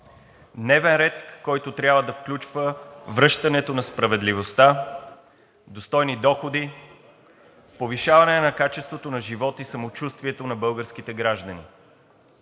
Дневен ред, който трябва да включва връщането на справедливостта, достойни доходи, повишаване на качеството на живот и самочувствието на българските граждани.